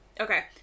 okay